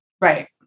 Right